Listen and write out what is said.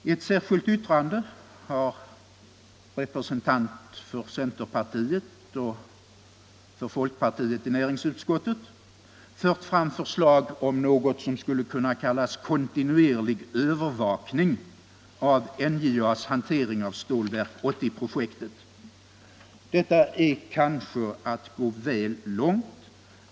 I ett särskilt yttrande har en representant från vartdera centerpartiet och folkpartiet i näringsutskottet fört fram förslag om något som skulle kunna kallas kontinuerlig övervakning av NJA:s hantering av Stålverk 80-projektet. Detta är kanske att gå väl långt.